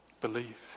Believe